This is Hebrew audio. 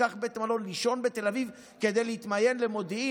הוא ייקח בית מלון לישון בתל אביב כדי להתמיין למודיעין?